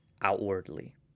outwardly